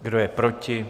Kdo je proti?